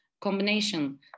combination